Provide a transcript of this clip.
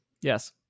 Yes